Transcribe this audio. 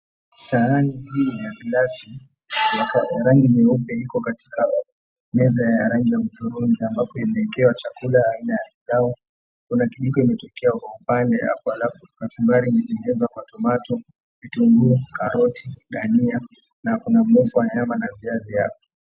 Sahani hii ya glasi ya rangi nyeupe iko katika meza ya rangi ya hudhurungi ambapo imewekewa chakula ya aina ya pilau. Kuna kijiko imetokea kwa upande hapa alafu kachumbari imetengeneza kwa tomato , vitunguu, karoti, dania na kuna mnofu wa nyama na viazi hapa.